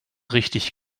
richtig